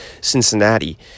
Cincinnati